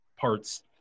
parts